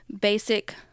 basic